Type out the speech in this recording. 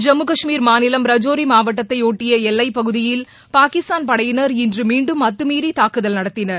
ஜம்முகஷ்மீர் மாநிலம் ரஜோரி மாவட்டத்தை ஒட்டிய எல்லைப்பகுதியில் பாகிஸ்தான் படையினர் இன்று மீண்டும் அத்துமீறி தாக்குதல் நடத்தினர்